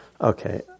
Okay